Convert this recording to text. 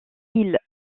s’il